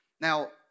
Now